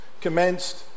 commenced